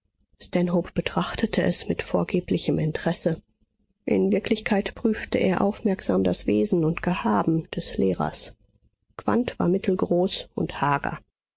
betrachtete es mit vorgeblichem interesse in wirklichkeit prüfte er aufmerksam das wesen und gehaben des lehrers quandt war mittelgroß und hager